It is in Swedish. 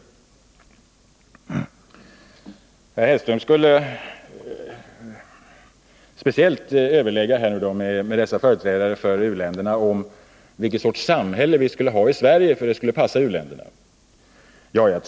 Herr Hellström skulle speciellt överlägga med dessa företrädare för u-länderna om vilken sorts samhälle vi skulle ha i Sverige för att det skulle passa u-länderna.